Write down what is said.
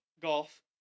golf